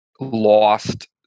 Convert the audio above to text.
lost